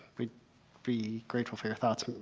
we'd be grateful for your thoughts